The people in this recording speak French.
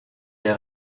les